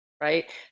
Right